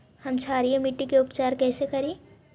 हम क्षारीय मिट्टी के उपचार कैसे करी?